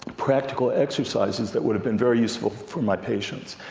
practical exercises that would have been very useful for my patients.